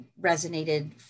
resonated